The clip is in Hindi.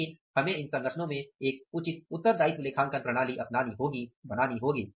लेकिन हमें इन संगठनों में एक उचित उत्तरदायित्व लेखांकन प्रणाली बनानी होगी